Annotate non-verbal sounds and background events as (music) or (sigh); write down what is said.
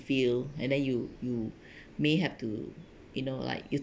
feel and then you you (breath) may have to you know like you